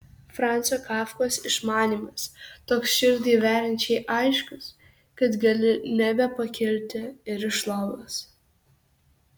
franco kafkos išmanymas toks širdį veriančiai aiškus kad gali nebepakilti ir iš lovos